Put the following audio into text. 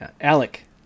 Alec